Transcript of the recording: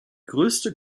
größte